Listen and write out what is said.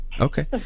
Okay